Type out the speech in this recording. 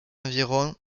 environ